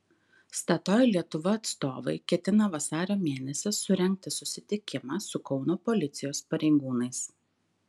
statoil lietuva atstovai ketina vasario mėnesį surengti susitikimą su kauno policijos pareigūnais